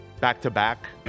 back-to-back